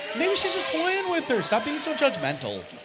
maybe she is just toying with her. stop being so judgemental!